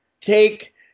Take